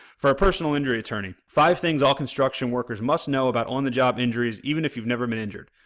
for a personal injury attorney, five things all construction workers must know about on-the-job injuries even if you've never been injured,